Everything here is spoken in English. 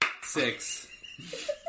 six